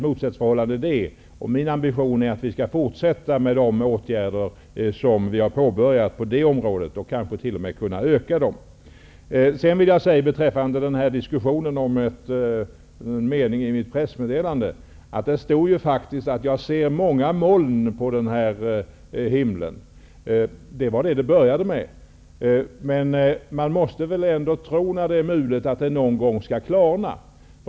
Min ambition är att vi skall fortsätta med de åtgärder som vi påbörjat på det området och att vi kanske t.o.m. skall kunna öka insatserna. I mitt pressmeddelande stod faktiskt att jag ser många moln på himmeln -- meddelandet började med de orden. Men när det är mulet måste man väl ändå tro att det någon gång skall klarna.